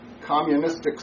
communistic